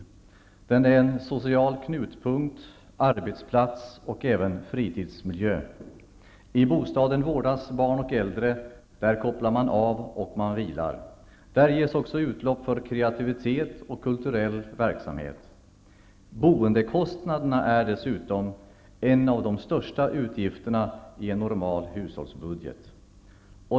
Bostaden är en social knutpunkt, arbetsplats och även fritidsmiljö. I bostaden vårdas barn och äldre, där kopplar man av och vilar. Där ges också utlopp för kreativitet och kulturell verksamhet. Boendekostnaderna är dessutom en av de största utgifterna i en normal hushållsbudget.